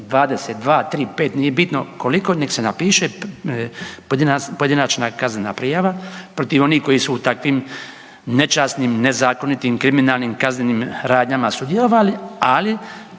2, 3, 5 nije bitno koliko, nek se napiše pojedinačna kaznena prijava protiv onih koji su u takvim nečasnim, nezakonitim, kriminalnim kaznenim radnjama sudjelovali ali